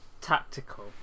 tactical